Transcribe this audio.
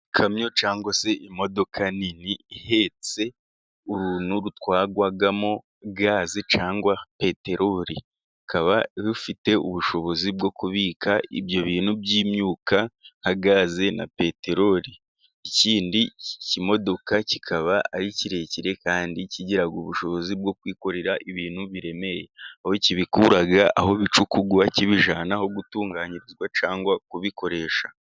Ikamyo cyangwa se imodoka nini ihetse uruntu rutwarwamo gaze cyangwa peterori. Rukaba rufite ubushobozi bwo kubika ibyo bintu by'imyuka nka gaze na peterori. Ikindi kimodoka kikaba ari kirekire, kandi kigira ubushobozi bwo kwikorera ibintu biremereye, aho kibikura aho bicukurwa, kibijyana aho bitunganyirizwa cyangwa kubikoresha.